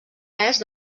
est